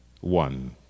one